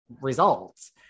Results